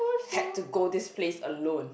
had to go this place alone